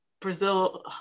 Brazil